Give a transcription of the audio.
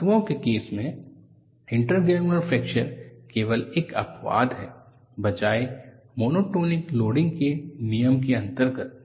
धातुओं के केस में इंटरग्रेनुलर फ्रैक्चर केवल एक अपवाद है बजाय मोनोटोनिक लोडिंग के नियम के अंतर्गत